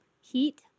heat